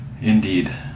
Indeed